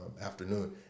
afternoon